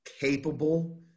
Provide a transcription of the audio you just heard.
capable